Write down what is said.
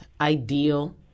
ideal